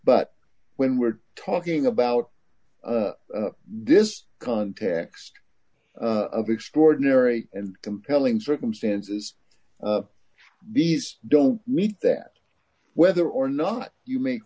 but when we're talking about this context of extraordinary and compelling circumstances these don't meet that whether or not you make